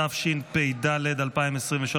התשפ"ד 2023,